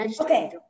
okay